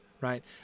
right